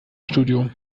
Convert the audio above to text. studio